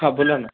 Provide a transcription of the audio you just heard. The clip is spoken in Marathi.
हां बोला ना